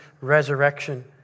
resurrection